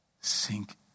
sink